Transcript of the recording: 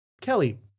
Kelly